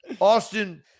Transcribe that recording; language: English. Austin